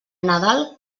nadal